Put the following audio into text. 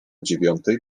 dziewiątej